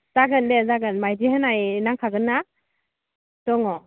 जागोन दे जागोन माइदि होनाय नांखागोन ना दङ